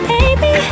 Baby